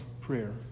prayer